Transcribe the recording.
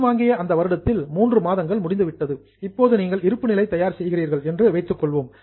கடன் வாங்கிய அந்த வருடத்தில் மூன்று மாதங்கள் முடிந்துவிட்டது இப்போது நீங்கள் இருப்புநிலை தயார் செய்கிறீர்கள் என்று வைத்துக் கொள்வோம்